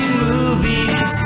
movies